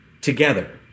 together